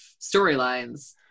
storylines